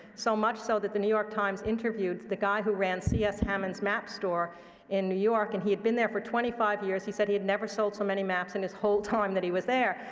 so much so that the new york times interviewed the guy who ran c s. hammond's map store in new york. and he had been there for twenty five years. he said he had never sold so many maps in his whole time that he was there.